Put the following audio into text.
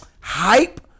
hype